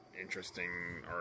interesting